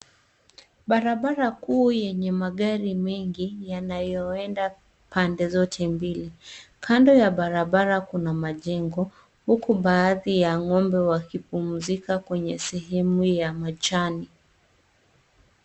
Barabara kuu yenye magari mengi yanayoenda pande zote mbili. Kando ya barabara kuna majengo, huku baadhi ya ng'ombe wakipumzika kwenye sehemu ya majani.